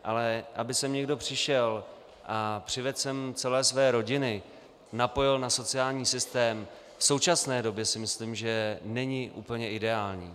Ale aby sem někdo přišel a přivedl sem celé své rodiny, napojil na sociální systém, v současné době si myslím, že není úplně ideální.